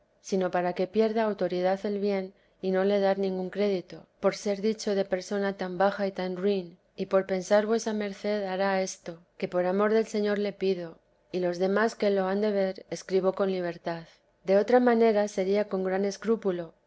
sino para que pierda autoridad el bien y no le dar ningún crédito por ser dicho de persona tan baja y tan ruin y por pensar vuesa merced hará esto que por amor del señor le pido y los demás que lo han de ver escribo con libertad de otra manera sería con gran escrúpulo